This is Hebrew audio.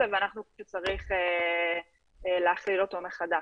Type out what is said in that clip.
ואנחנו חושבים שצריך להחיל אותו מחדש.